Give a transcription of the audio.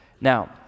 Now